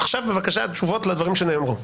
עכשיו בבקשה תשובות לדברים שנאמרו.